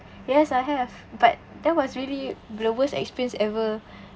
yes I have but that was really the worst experience ever